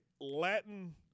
Latin